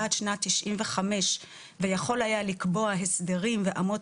עד שנת 1995 ויכול היה לקבוע הסדרים ואמות